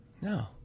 No